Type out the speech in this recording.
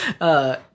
Uh-